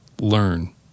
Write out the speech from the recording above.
Learn